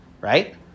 right